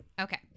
Okay